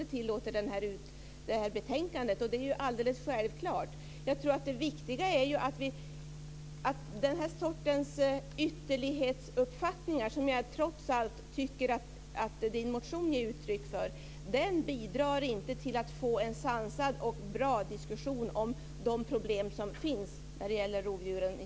Det tillåter betänkandet. Det är alldeles självklart. Det viktiga är att den här sortens ytterlighetsuppfattningar, som Lennart Hedquists motion ger uttryck för, inte bidrar till att få en sansad och bra diskussion om de problem som finns när det gäller rovdjuren i